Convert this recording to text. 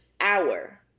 hour